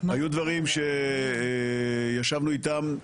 היו דברים שישבנו איתם,